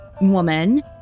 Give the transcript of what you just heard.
woman